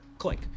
click